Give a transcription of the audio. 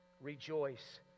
rejoice